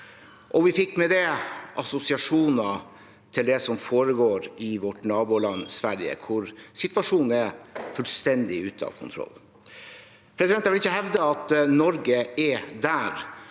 vi fikk med det assosiasjoner til det som foregår i vårt naboland Sverige, hvor situasjonen er fullstendig ute av kontroll. Jeg vil ikke hevde at Norge er der,